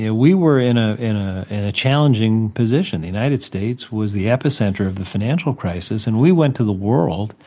yeah we were in ah in ah and a challenging position. the united states was the epicenter of the financial crisis and we went to the world,